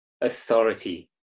authority